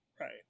Right